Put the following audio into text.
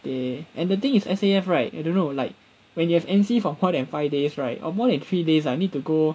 they and the thing is S_A_F right I don't know like when you have M_C for more than five days right or more than three days ah need to go